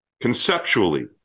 Conceptually